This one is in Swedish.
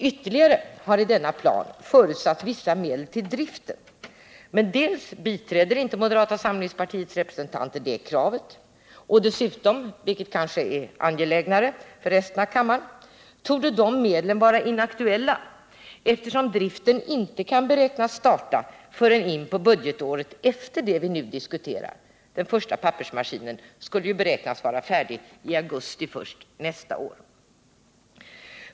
I denna plan har ytterligare förutsatts vissa medel till driften, men moderata samlingspartiets representanter stöder inte det kravet, och dessutom — vilket kanske är mer angeläget för resten av kammaren — torde de medlen vara inaktuella, eftersom driften inte kan beräknas starta förrän in på budgetåret efter det som vi nu diskuterar. Den första pappersmaskinen beräknas ju vara färdig först i augusti nästa år.